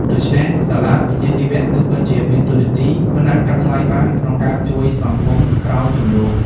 ដូច្នេះសាលាវិជ្ជាជីវៈ គឺពិតជាមានតួនាទីមិនអាចកាត់ថ្លៃបានក្នុងការជួយសង្គមក្រោយជម្លោះ។